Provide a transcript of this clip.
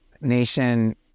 Nation